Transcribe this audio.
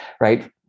right